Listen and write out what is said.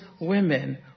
women